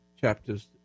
chapters